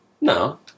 No